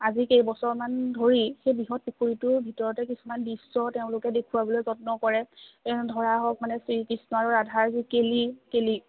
আজি কেইবছৰমান ধৰি সেই বৃহৎ পুখুৰীটোৰ ভিতৰতে কিছুমান দৃশ্য তেওঁলোকে দেখুওৱাবলৈ যত্ন কৰে ধৰা হওক মানে শ্ৰীকৃষ্ণ ৰাধাৰ যি কেলি কেলি